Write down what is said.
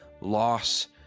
loss